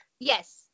Yes